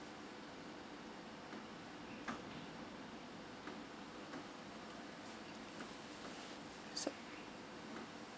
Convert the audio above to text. so